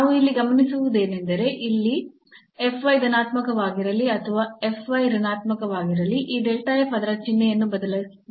ನಾವು ಇಲ್ಲಿ ಗಮನಿಸುವುದೇನೆಂದರೆ ಇಲ್ಲಿ ಧನಾತ್ಮಕವಾಗಿರಲಿ ಅಥವಾ ಋಣಾತ್ಮಕವಾಗಿರಲಿ ಈ ಅದರ ಚಿಹ್ನೆಯನ್ನು ಬದಲಾಯಿಸುತ್ತಿದೆ